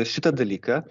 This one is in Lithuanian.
šitą dalyką